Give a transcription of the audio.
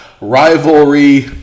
Rivalry